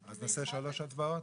אז נעשה שלוש הצבעות?